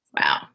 Wow